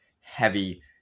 heavy